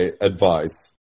advice